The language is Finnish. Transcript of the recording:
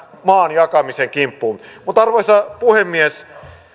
maan jakamisen kimppuun arvoisa puhemies